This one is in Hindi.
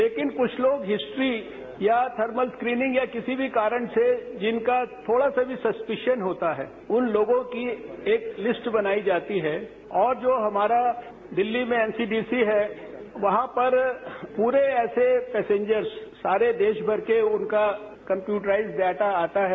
लेकिन कुछ लोग हिस्ट्री या थर्मल स्क्रीनिंग या किसी भी कारण से जिनका थोड़ा सा भी सस्पीशन होता है उन लोगों की एक लिस्ट बनाई जाती है और जो हमारा दिल्ती में एनसीपीसी है वहां पर पूरे ऐसे पैसेंजर्स सारे देशभर के उनका कंप्यूटर्राइज्ड डाटा आता है